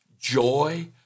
joy